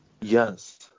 yes